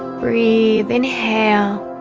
breathe inhale